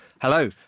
hello